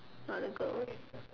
not a girl